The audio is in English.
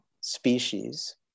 species